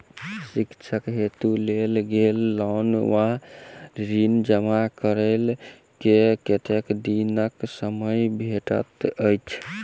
शिक्षा हेतु लेल गेल लोन वा ऋण जमा करै केँ कतेक दिनक समय भेटैत अछि?